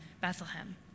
Bethlehem